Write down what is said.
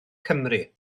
cymru